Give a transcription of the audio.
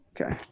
okay